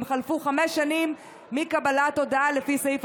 אם חלפו חמש שנים מקבלת הודעה לפי סעיף